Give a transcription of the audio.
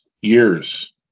years